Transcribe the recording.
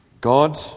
God